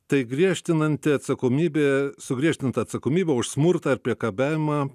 tai griežtinanti atsakomybė sugriežtinta atsakomybė už smurtą ar priekabiavimą